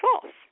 false